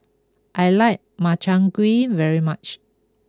I like Makchang Gui very much